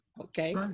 Okay